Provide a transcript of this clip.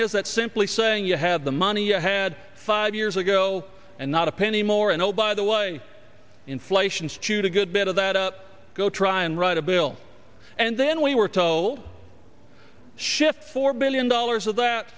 that simply saying you have the money you had five years ago and not a penny more and oh by the way inflation skewed a good bit of that up go try and write a bill and then we were told schiff four billion dollars of that